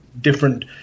different